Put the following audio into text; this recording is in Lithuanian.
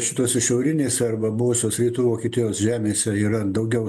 šituose šiaurinėse arba buvusios rytų vokietijos žemėse yra daugiau